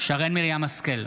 שרן מרים השכל,